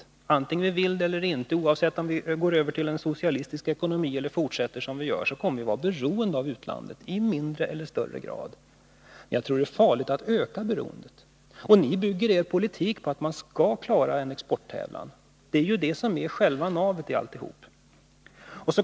Oavsett om vi vill det eller inte och oavsett om vi går över till en socialistisk ekonomi eller fortsätter som vi gör, kommer vi att vara beroende av utlandet i mindre eller större grad. Men jag tror att det är farligt att öka beroendet. Och ni bygger er politik på att vi skall klara denna exporttävlan. Det är ju själva navet i alltihop.